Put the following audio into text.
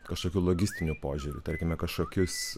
kažkokiu logistiniu požiūriu tarkime kažkokius